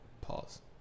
Pause